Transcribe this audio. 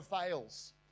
fails